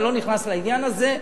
ואני לא נכנס לעניין הזה.